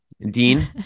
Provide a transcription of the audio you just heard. Dean